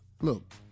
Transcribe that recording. look